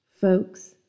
folks